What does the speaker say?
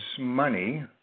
money